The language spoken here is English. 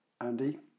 andy